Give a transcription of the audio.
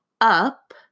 up